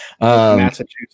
Massachusetts